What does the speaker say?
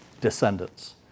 descendants